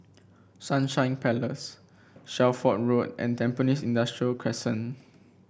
Sunshine Place Shelford Road and Tampines Industrial Crescent